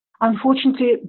Unfortunately